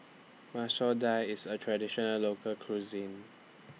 Masoor Dal IS A Traditional Local Cuisine